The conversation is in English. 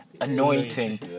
anointing